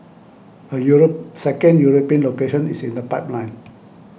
a Europe second European location is in the pipeline